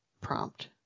prompt